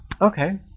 Okay